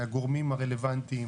מהגורמים הרלוונטיים